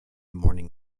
morning